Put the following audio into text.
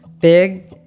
big